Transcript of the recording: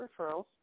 referrals